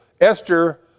Esther